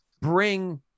bring